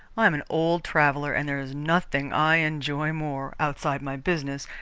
i am an old traveller and there's nothing i enjoy more, outside my business,